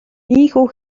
ийнхүү